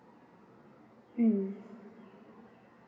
mm